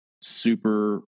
super